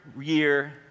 year